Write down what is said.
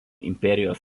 imperijos